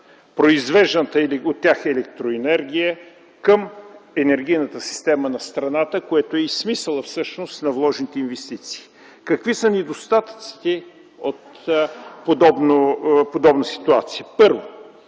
произвежданата от тях електроенергия към енергийната система на страната, което е и смисълът, всъщност, на вложените инвестиции. Какви са недостатъците от подобна ситуация?